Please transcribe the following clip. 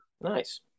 Nice